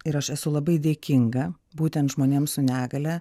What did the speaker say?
ir aš esu labai dėkinga būtent žmonėms su negalia